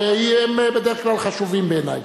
שהם בדרך כלל חשובים בעיני,